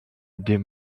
des